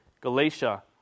Galatia